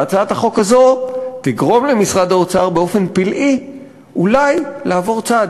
והצעת החוק הזאת תגרום למשרד האוצר באופן פלאי אולי לעבור צד